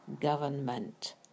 government